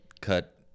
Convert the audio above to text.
cut